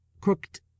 crooked